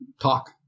talk